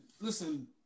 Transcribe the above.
listen